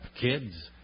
Kids